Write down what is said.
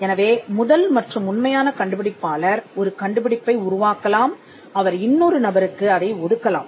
எனவே முதல் மற்றும் உண்மையான கண்டுபிடிப்பாளர் ஒரு கண்டுபிடிப்பை உருவாக்கலாம் அவர் இன்னொரு நபருக்கு அதை ஒதுக்கலாம்